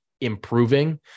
improving